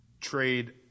trade